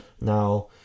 Now